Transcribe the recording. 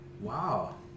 Wow